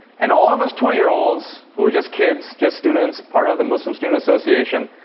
and all of us twenty year olds, who were just kids, just students, part of the muslim student association,